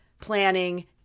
planning